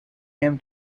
him